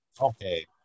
Okay